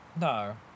No